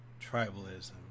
tribalism